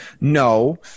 No